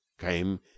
came